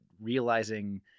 realizing